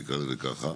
נקרא לזה ככה,